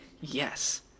yes